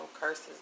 curses